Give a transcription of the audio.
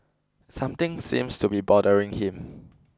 something seems to be bothering him